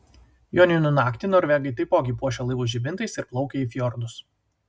joninių naktį norvegai taipogi puošia laivus žibintais ir plaukia į fjordus